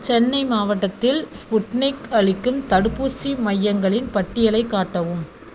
சென்னை மாவட்டத்தில் ஸ்புட்னிக் அளிக்கும் தடுப்பூசி மையங்களின் பட்டியலைக் காட்டவும்